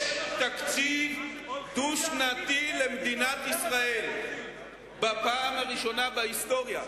יש תקציב דו-שנתי למדינת ישראל בפעם הראשונה בהיסטוריה.